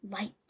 light